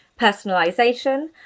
personalization